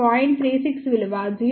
36 విలువ 0